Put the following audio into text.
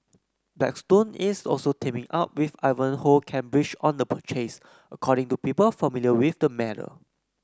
Blackstone is also teaming up with Ivanhoe Cambridge on the purchase according to people familiar with the matter